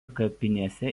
kapinėse